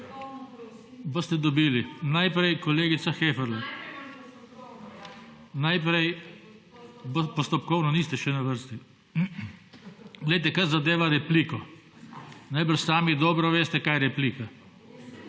Boste dobili. Najprej, kolegica Heferle. Postopkovno, niste še na vrsti. Glejte, kar zadeva repliko, najbrž sami dobro veste, kaj je replika.